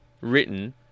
written